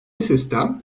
sistem